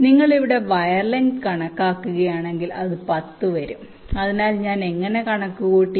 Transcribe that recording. അതിനാൽ നിങ്ങൾ ഇവിടെ വയർ ലെങ്ത് കണക്കാക്കുകയാണെങ്കിൽ അത് 10 വരും അതിനാൽ ഞാൻ എങ്ങനെ കണക്കുകൂട്ടി